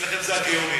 אצלכם זה הגאונים.